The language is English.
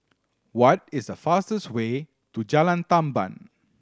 what is the fastest way to Jalan Tamban